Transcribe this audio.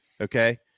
Okay